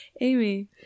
amy